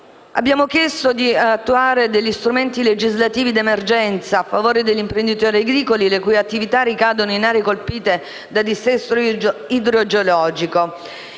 Abbiamo chiesto di attuare strumenti legislativi d'emergenza in favore degli imprenditori agricoli le cui attività ricadono in aree colpite da dissesto idrogeologico;